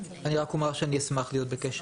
אני רק אומר שאני אשמח להיות בקשר.